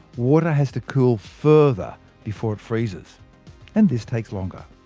water has to cool further before it freezes and this takes longer.